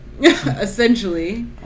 Essentially